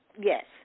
yes